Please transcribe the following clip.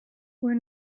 were